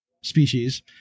species